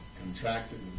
contracted